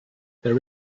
there